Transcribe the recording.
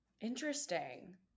Interesting